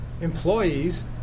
employees